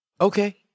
okay